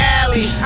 alley